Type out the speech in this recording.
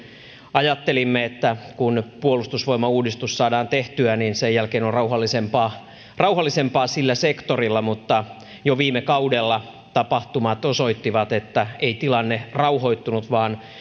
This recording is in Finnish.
ajattelimme että kun puolustusvoimauudistus saadaan tehtyä niin sen jälkeen on rauhallisempaa rauhallisempaa sillä sektorilla mutta jo viime kaudella tapahtumat osoittivat että ei tilanne rauhoittunut vaan